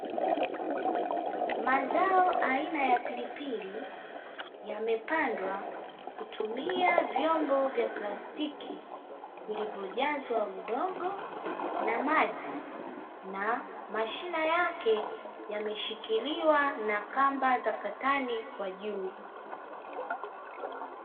Mazao aina ya pilipili yamepandwa kutumia vyombo vya plastiki vilivojazwa udongo na maji, na mashina yake yameshikiliwa na kamba za katani kwa juu.